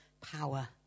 power